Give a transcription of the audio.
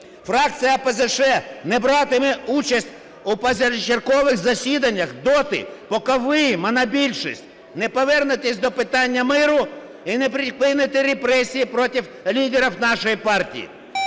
Фракція ОПЗЖ не братиме участь у позачергових засіданнях доти, поки ви, монобільшість, не повернетеся до питання миру і не припините репресії проти лідерів нашої партії.